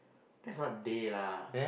that's not they Dhey